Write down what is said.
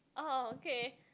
oh okay